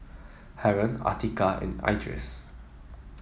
Haron Atiqah and Idris